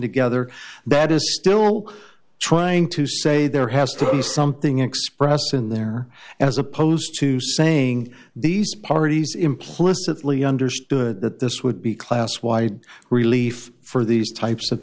together that is still trying to say there has to be something expressed in there as opposed to saying these parties implicitly understood that this would be class wide relief for these types of